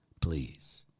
Please